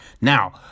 Now